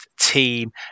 team